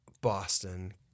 Boston